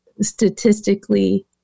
statistically